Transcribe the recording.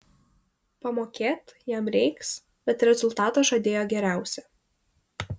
pamokėt jam reiks bet rezultatą žadėjo geriausią